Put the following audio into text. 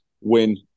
win